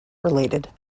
related